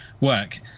work